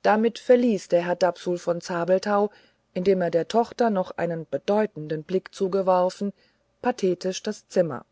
damit verließ der herr dapsul von zabelthau indem er der tochter noch einen bedeutenden blick zugeworfen pathetisch das zimmer